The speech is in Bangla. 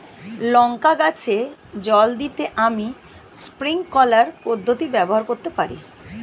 লঙ্কা গাছে জল দিতে আমি স্প্রিংকলার পদ্ধতি ব্যবহার করতে পারি?